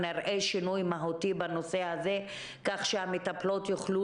נראה שינוי מהותי בנושא הזה כך שהמטפלות יוכלו